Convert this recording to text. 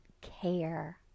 care